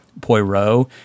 Poirot